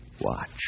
Watch